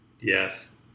yes